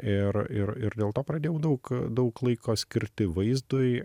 ir ir ir dėl to pradėjau daug daug laiko skirti vaizdui